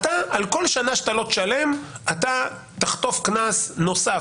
על כל שנה שאתה לא תשלם אתה תחטוף קנס נוסף,